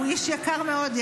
הוא איש יקר מאוד,